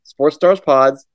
SportsStarsPods